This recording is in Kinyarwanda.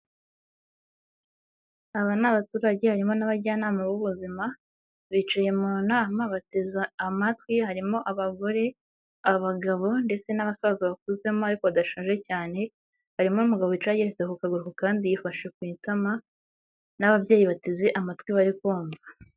Aba ni abaturage harimo n'abajyanama b'ubuzima bicaye mu nama bateze amatwi, harimo abagore abagabo ndetse n'abasaza bakuzemo ariko badashaje cyane, harimo umugabo wicaye ageratse akaguru ku kandi yifashe ku itama n'ababyeyi bateze amatwi bari kumva.